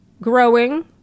growing